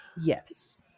yes